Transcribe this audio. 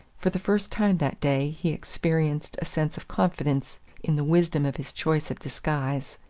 for the first time that day he experienced a sense of confidence in the wisdom of his choice of disguise.